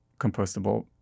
compostable